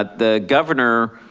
the governor,